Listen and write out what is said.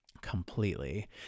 completely